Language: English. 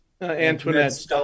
Antoinette